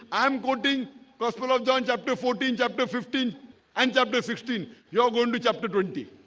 i am quoting gospel of john chapter fourteen chapter fifteen and chapter sixteen you are going to chapter twenty